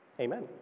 Amen